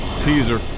teaser